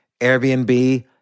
Airbnb